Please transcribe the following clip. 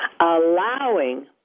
allowing